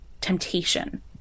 temptation